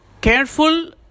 careful